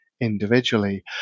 individually